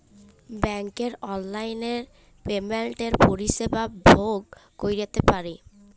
ব্যাংকের অললাইল পেমেল্টের পরিষেবা ভগ ক্যইরতে পারি